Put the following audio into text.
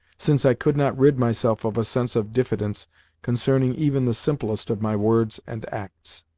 since i could not rid myself of a sense of diffidence concerning even the simplest of my words and acts.